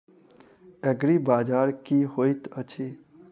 एग्रीबाजार की होइत अछि?